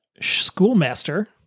schoolmaster